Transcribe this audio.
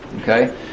Okay